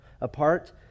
apart